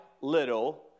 little